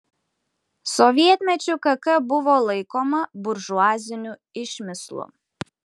sovietmečiu kk buvo laikoma buržuaziniu išmislu